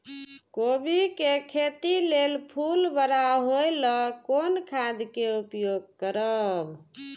कोबी के खेती लेल फुल बड़ा होय ल कोन खाद के उपयोग करब?